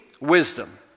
wisdom